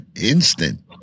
instant